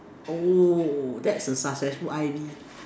oh that's a successful I_V